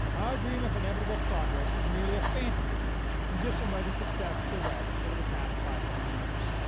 our dream of inevitable progress is merely a fantasy conditioned by the success of the west over the past five hundred years.